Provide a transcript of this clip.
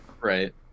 right